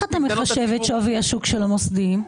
איך אתה מחשב את שווי השוק של המוסדיים?